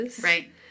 right